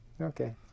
Okay